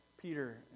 Peter